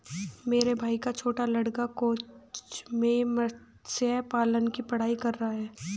मेरे भाई का छोटा लड़का कोच्चि में मत्स्य पालन की पढ़ाई कर रहा है